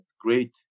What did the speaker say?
great